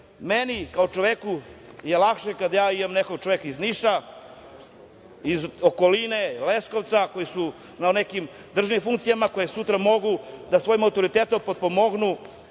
meni, kao čoveku, je lakše kada imam nekog čoveka iz Niša, iz okoline Leskovca, koji su na nekim državnim funkcijama koji sutra mogu da svojim autoritetom potpomognu